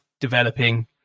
developing